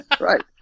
right